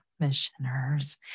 commissioners